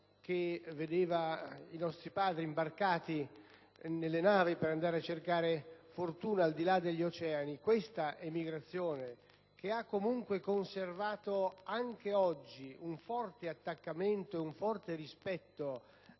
che vedeva i nostri padri imbarcati sulle navi per andare a cercare fortuna al di là degli oceani e che ha, comunque, conservato anche oggi un forte attaccamento e un forte rispetto